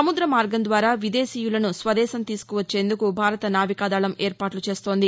సముద్ర మార్గం ద్వారా విదేశీయులను స్వదేశం తీసుకువచ్చేందుకు భారత నావికాదళం ఏర్పాట్లు చేస్తోంది